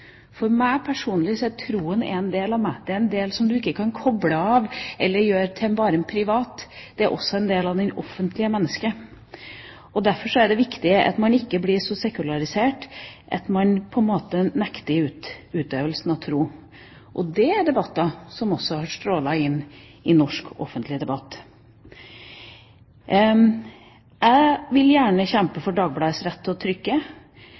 For meg personlig er troen en del av meg. Det er en del som man ikke kan koble av eller gjøre helt privat. Det er også en del av det offentlige mennesket. Derfor er det viktig at man ikke blir så sekularisert at man nektes utøvelsen tro. Det er debatter som også har stråler inn i norsk offentlig debatt. Jeg vil gjerne kjempe for Dagbladets rett til å trykke